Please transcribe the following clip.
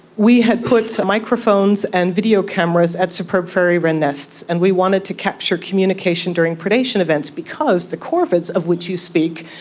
we had put microphones and video cameras at superb fairy wren nests, and we wanted to capture communication during predation events, because the corvids of which you speak,